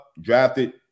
drafted